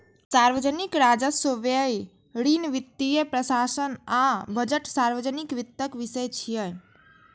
सार्वजनिक राजस्व, व्यय, ऋण, वित्तीय प्रशासन आ बजट सार्वजनिक वित्तक विषय छियै